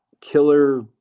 killer